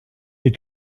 est